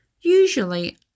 Usually